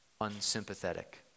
unsympathetic